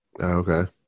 okay